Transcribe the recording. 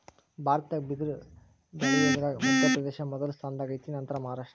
ಭಾರತದಾಗ ಬಿದರ ಬಳಿಯುದರಾಗ ಮಧ್ಯಪ್ರದೇಶ ಮೊದಲ ಸ್ಥಾನದಾಗ ಐತಿ ನಂತರಾ ಮಹಾರಾಷ್ಟ್ರ